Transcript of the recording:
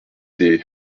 des